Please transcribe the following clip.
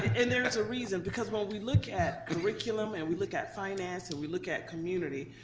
and there's a reason. because, when we look at curriculum and we look at finance and we look at community,